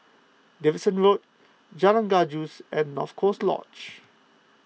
Davidson Road Jalan Gajus and North Coast Lodge